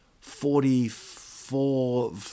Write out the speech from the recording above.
forty-four